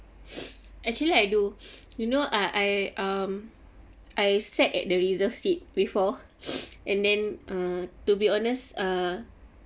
actually I do you know I I um I sat at the reserve seat before and then err to be honest err